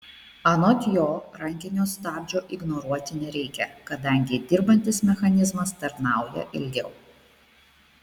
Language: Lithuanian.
anot jo rankinio stabdžio ignoruoti nereikia kadangi dirbantis mechanizmas tarnauja ilgiau